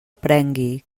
prengui